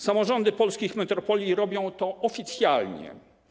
Samorządy polskich metropolii robią to oficjalnie.